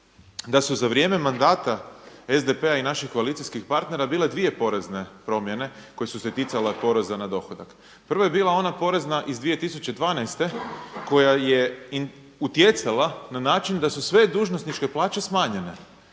da su za vrijeme mandata SDP-a i naših koalicijskih partnera bile dvije porezne promjene koje su se ticale poreza na dohodak. Prva je bila ona porezna iz 2012. koja je utjecala na način da su sve dužnosničke plaće smanjene,